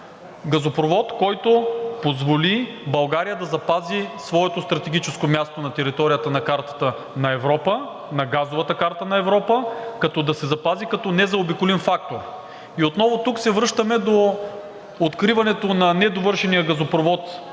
Газопровод, който позволи България да запази своето стратегическо място на територията на картата на Европа, на газовата карта на Европа, като се запази като незаобиколим фактор. И отново тук се връщаме до откриването на недовършения газопровод